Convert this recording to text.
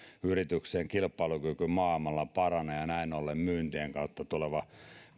yrityksien kilpailukyky maailmalla paranee ja näin ollen myyntien kautta tuleva